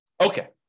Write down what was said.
Okay